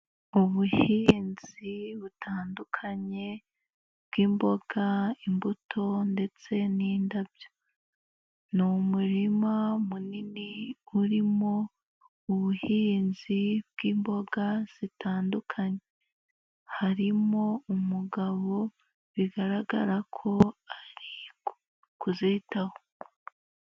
Ubuhinzi butandukanye bw'imboga imbuto ndetse n'indabyo ni umurima munini urimo ubuhinzi bw'imboga zitandukanye, harimo umugabo bigaragara ko ari kuzitaho.